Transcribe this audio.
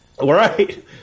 Right